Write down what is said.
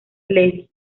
levy